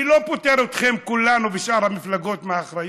אני לא פוטר אתכם, כולנו ושאר המפלגות, מאחריות.